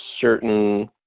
certain